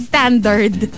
Standard